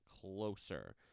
closer